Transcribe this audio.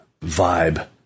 Vibe